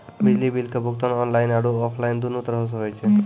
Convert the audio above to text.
बिजली बिल के भुगतान आनलाइन आरु आफलाइन दुनू तरहो से होय छै